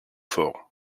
fort